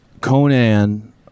Conan